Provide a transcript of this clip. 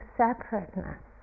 separateness